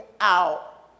out